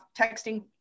texting